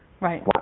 Right